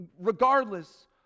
regardless